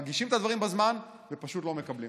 מגישים את הדברים בזמן ופשוט לא מקבלים.